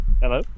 Hello